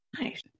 Nice